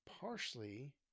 partially